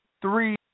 Three